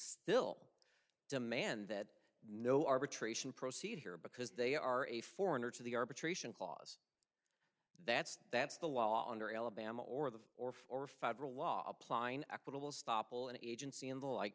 still demand that no arbitration proceed here because they are a foreigner to the arbitration clause that's that's the law under alabama or the or or federal law applying equitable stoppel and agency and the like